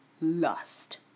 lust